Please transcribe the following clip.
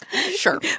Sure